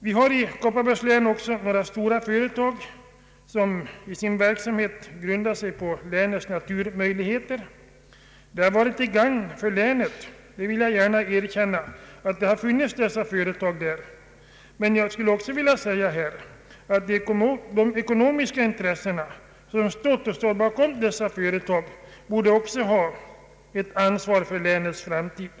Det finns i Kopparbergs län stora företag vilkas verksamhet grundas på länets naturtillgångar. Att dessa företag funnits där har varit till gagn för länet, det skall erkännas. Men jag skulle också vilja säga att de ekonomiska intressen som stått och står bakom dessa företag också borde ha ett ansvar för länets framtid.